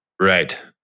Right